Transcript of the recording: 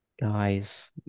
Guys